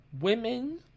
women